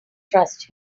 trust